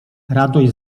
radość